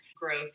growth